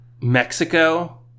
Mexico